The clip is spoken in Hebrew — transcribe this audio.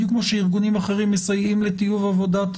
בדיוק כמו שארגונים אחרים מסייעים לטיוב בעבודת